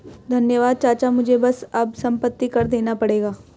धन्यवाद चाचा मुझे बस अब संपत्ति कर देना पड़ेगा